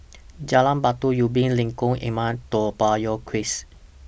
Jalan Batu Ubin Lengkong Enam Toa Payoh Crest